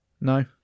No